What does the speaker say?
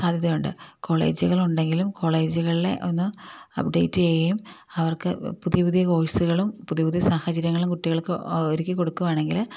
സാധ്യതയുണ്ട് കോളേജുകളുണ്ടെങ്കിലും കോളേജുകളെ ഒന്ന് അപ്ഡേറ്റ് ചെയ്യുകയും അവർക്ക് പുതിയ പുതിയ കോഴ്സുകളും പുതിയ പുതിയ സാഹചര്യങ്ങളും കുട്ടികൾക്ക് ഒരുക്കിക്കൊടുക്കുകയാണെങ്കില്